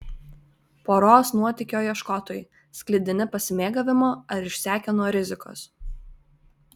poros nuotykio ieškotojai sklidini pasimėgavimo ar išsekę nuo rizikos